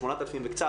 או 8,000 וקצת,